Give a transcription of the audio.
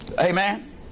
Amen